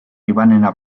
ivanena